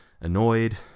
annoyed